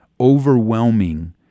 overwhelming